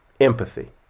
empathy